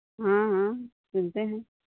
हाँ हाँ सिलते हैं